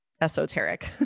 esoteric